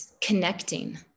connecting